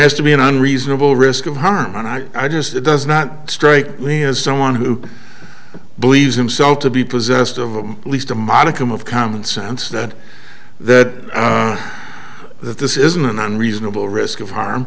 has to be an unreasonable risk of harm and i just it does not strike me as someone who believes himself to be possessed of a least a modicum of common sense that that that this isn't an unreasonable risk of harm